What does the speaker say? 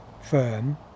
firm